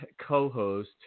co-host